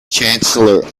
chancellor